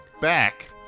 back